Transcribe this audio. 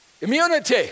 Immunity